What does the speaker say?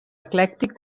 eclèctic